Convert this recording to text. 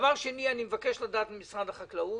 דבר שני, אני מבקש לדעת ממשרד החקלאות